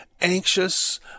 anxious